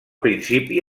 principi